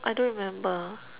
I don't remember